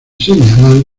señalar